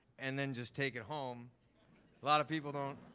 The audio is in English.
and then just take it home. a lot of people don't